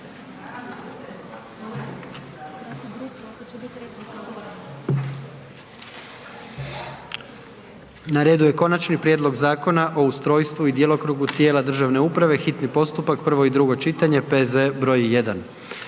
Na redu je: - Konačni prijedlog Zakona o ustrojstvu i djelokrugu tijela državne uprave, hitni postupak, prvo i drugo čitanje, P.Z. br. 1.